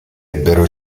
ebbero